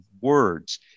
words